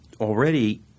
Already